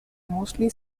mostly